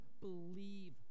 believe